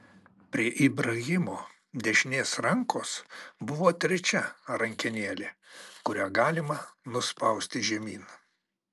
prie ibrahimo dešinės rankos buvo trečia rankenėlė kurią galima nuspausti žemyn